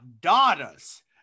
daughters